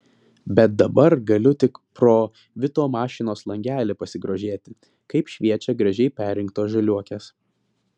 bet dabar galiu tik pro vito mašinos langelį pasigrožėti kaip šviečia gražiai perrinktos žaliuokės